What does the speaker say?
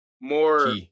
more